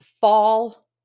fall